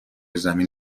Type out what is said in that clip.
زمین